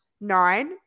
Nine